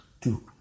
Two